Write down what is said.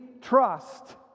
trust